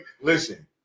Listen